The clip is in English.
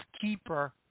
keeper